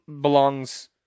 belongs